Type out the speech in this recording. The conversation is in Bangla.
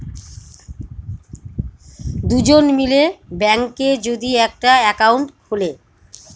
দুজন মিলে ব্যাঙ্কে যদি একটা একাউন্ট খুলে